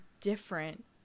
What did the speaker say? different